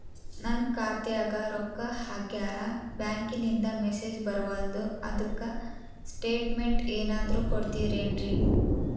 ನನ್ ಖಾತ್ಯಾಗ ರೊಕ್ಕಾ ಹಾಕ್ಯಾರ ಬ್ಯಾಂಕಿಂದ ಮೆಸೇಜ್ ಬರವಲ್ದು ಅದ್ಕ ಸ್ಟೇಟ್ಮೆಂಟ್ ಏನಾದ್ರು ಕೊಡ್ತೇರೆನ್ರಿ?